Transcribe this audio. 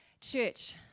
Church